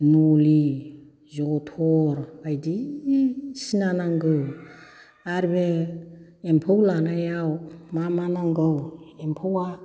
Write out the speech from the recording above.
नलि जथर बायदिसिना नांगौ आरो बे एम्फौ लानायाव मा मा नांगौ एम्फौआ